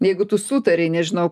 jeigu tu sutarei nežinau